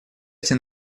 эти